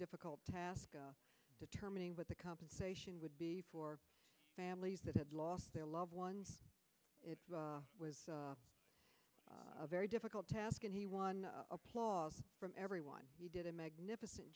difficult task determining what the compensation would be for families that had lost their loved ones it's a very difficult task and he won applause from everyone he did a magnificent